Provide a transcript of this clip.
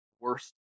worst